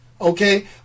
Okay